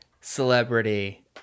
celebrity